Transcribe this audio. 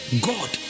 God